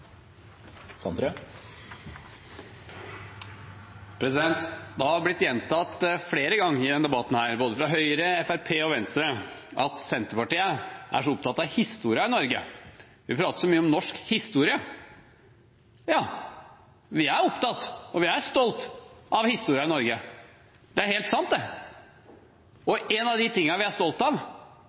Det har blitt gjentatt flere ganger i denne debatten både fra Høyre, Fremskrittspartiet og Venstre at Senterpartiet er så opptatt av historien i Norge – vi prater så mye om norsk historie. Ja, vi er opptatt av og vi er stolte av historien i Norge – det er helt sant. Én av de tingene vi er stolte av,